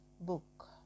book